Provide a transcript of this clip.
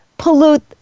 pollute